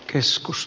keskus